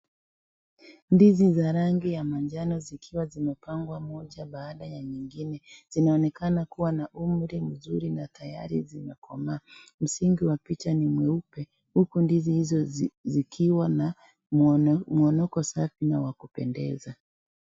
Ndizi za rangi ya manjano zikiwa zimepangwa moja baada ya nyingine, zinaonekana kuwa na umri mzuri na tayari zimekomaa. Msingi wa picha ni mweupe huku ndizi hizo zikiwa na mwonoko safi na wa kupendeza.